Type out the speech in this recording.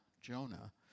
Jonah